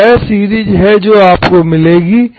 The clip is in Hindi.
यह वह सीरीज है जो आपको मिलेगी